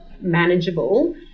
manageable